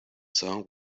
song